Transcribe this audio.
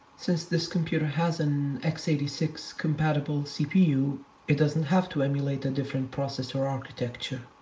since this computer has an x eight six compatible cpu it doesn't have to emulate a different processor architecture.